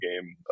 game